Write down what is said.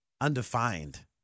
undefined